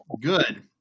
Good